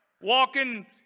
walking